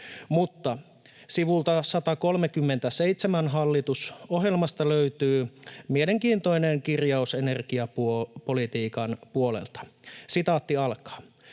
Mutta sivulta 137 hallitusohjelmasta löytyy mielenkiintoinen kirjaus energiapolitiikan puolelta: ”Uusiutuvan